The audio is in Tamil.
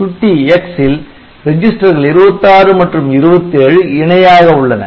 சுட்டி X ல் ரெஜிஸ்டர்கள் 26 மற்றும் 27 இணையாக உள்ளன